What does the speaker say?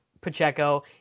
Pacheco